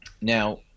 Now